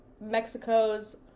Mexico's